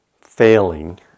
failing